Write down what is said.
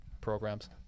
programs